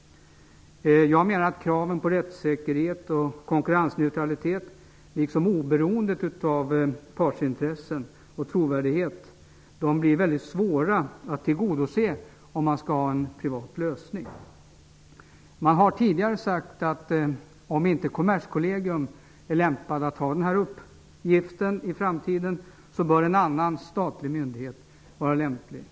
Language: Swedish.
Jag menar att kraven på rättssäkerhet, konkurrensneutralitet och trovärdighet liksom oberoendet av partsintressen blir mycket svåra att tillgodose om man skall ha en privat lösning. Man har tidigare sagt att om inte Kommerskollegium är lämpat att ha den här uppgiften i framtiden bör en annan statlig myndighet vara lämplig.